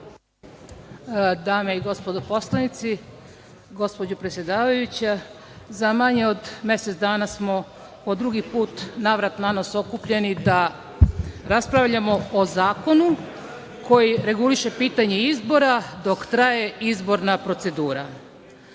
Dame i gospodo poslanici, gospođo predsedavajuća, za manje od mesec dana smo po drugi put navrat-nanos okupljeni da raspravljamo o zakonu koji reguliše pitanje izbora dok traje izborna procedura. Želim,